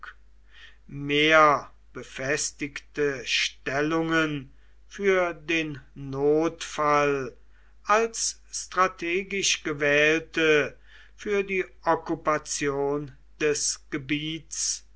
mehr befestigte stellungen für den notfall als strategisch gewählte für die okkupation des gebiets